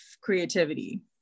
creativity